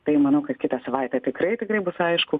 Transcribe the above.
tai manau kad kitą savaitę tikrai tikrai bus aišku